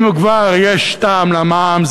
אם כבר יש טעם למע"מ,